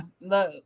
No